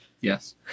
yes